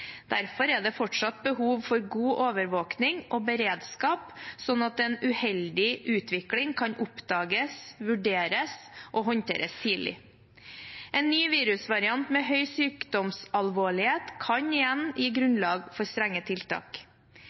Derfor er det fortsatt behov for god overvåking og beredskap, slik at en uheldig utvikling kan oppdages, vurderes og håndteres tidlig. En ny virusvariant med høy sykdomsalvorlighet kan igjen gi grunnlag for strenge tiltak.